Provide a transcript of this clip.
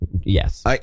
Yes